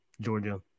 Georgia